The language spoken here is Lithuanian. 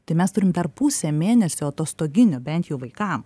tai mes turim dar pusę mėnesio atostoginių bent jau vaikam